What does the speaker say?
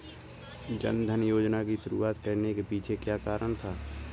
जन धन योजना की शुरुआत करने के पीछे क्या कारण था?